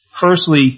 firstly